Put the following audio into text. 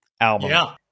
album